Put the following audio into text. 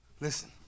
Listen